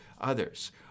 others